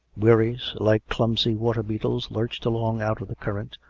wherries, like clumsy water beetles, lurched along out of the current,